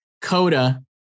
coda